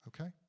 okay